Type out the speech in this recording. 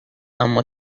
اما